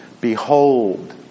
Behold